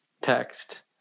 text